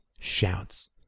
shouts